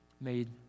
made